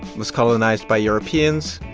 was colonized by europeans.